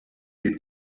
they